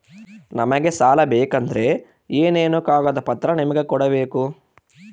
ನಮಗೆ ಸಾಲ ಬೇಕಂದ್ರೆ ಏನೇನು ಕಾಗದ ಪತ್ರ ನಿಮಗೆ ಕೊಡ್ಬೇಕು?